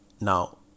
now